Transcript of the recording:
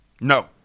No